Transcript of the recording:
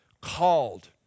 called